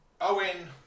Owen